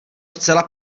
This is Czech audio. zcela